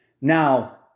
Now